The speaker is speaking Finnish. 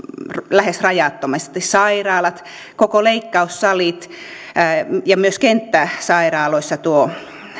lähes rajattomasti sairaalat koko leikkaussalit myös kenttäsairaaloissa tuo